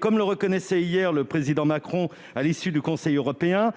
Comme le reconnaissait hier le Président Macron à l'issue du Conseil européen,